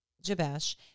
Jabesh